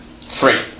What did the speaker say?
three